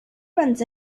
runs